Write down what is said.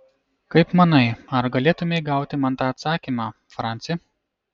kaip manai ar galėtumei gauti man tą atsakymą franci